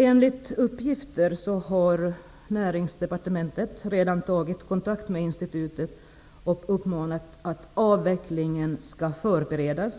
Enligt uppgifter har Näringsdepartementet redan tagit kontakt med institutet och uppmanat till att man skall förbereda